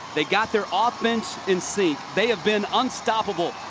they got their offense in sync. they've been unstoppable.